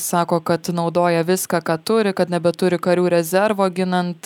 sako kad naudoja viską ką turi kad nebeturi karių rezervo ginant